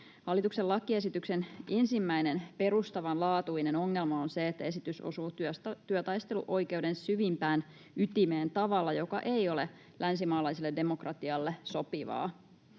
Hallituksen lakiesityksen ensimmäinen perustavanlaatuinen ongelma on se, että esitys osuu työtaisteluoikeuden syvimpään ytimeen tavalla, joka ei ole länsimaalaiselle demokratialle sopivaa.